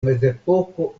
mezepoko